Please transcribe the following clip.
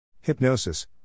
Hypnosis